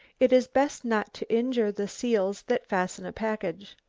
it is best not to injure the seals that fasten a package.